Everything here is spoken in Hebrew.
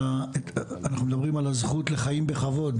אנחנו מדברים על הזכות לחיים בכבוד,